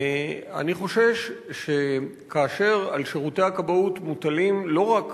אני חושש שכאשר על שירותי הכבאות מוטלים לא רק